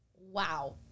Wow